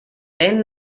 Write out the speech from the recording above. ven